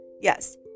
Yes